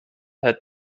head